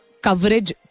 coverage